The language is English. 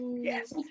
Yes